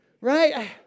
Right